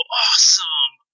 awesome